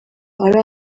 ari